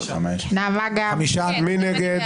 מי נגד?